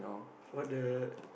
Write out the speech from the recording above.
for the